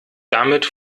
damit